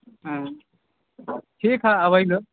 हँ ठीक हैं अबै हीय